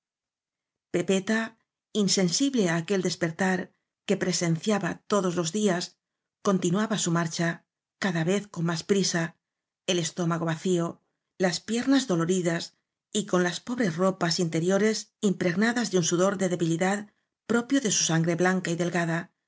pepeta insensible á aquel despertar que presenciaba todos los días continuaba su mar cha cada vez con más prisa el estómago va cío las piernas doloridas y con las pobres ropas interiores impregnadas de un sudor de debilidad propio de su sangre blanca y delgada